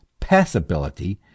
passability